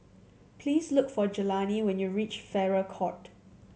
please look for Jelani when you reach Farrer Court